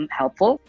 helpful